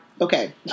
Okay